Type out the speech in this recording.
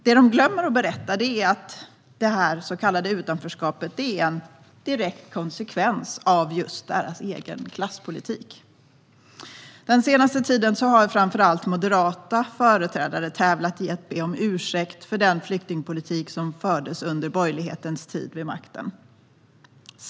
Det de glömmer att berätta är att det så kallade utanförskapet är en direkt konsekvens av deras egen klasspolitik. Den senaste tiden har framför allt moderata företrädare tävlat i att be om ursäkt för den flyktingpolitik som fördes under borgerlighetens tid vid makten.